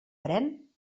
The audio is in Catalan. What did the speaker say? pren